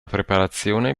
preparazione